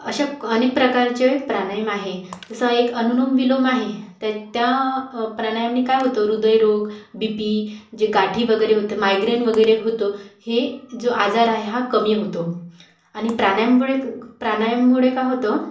अशा अनेक प्रकारचे प्राणायाम आहे जसं एक अनुलोम विलोम आहे ते त्या प्राणायामनी काय होतं हृदयरोग बी पी जे गाठी वगैरे होतं मायग्रेन वगैरे होतो हे जो आजार आहे हा कमी होतो आणि प्राणायाममुळे प्राणायाममुळे काय होतं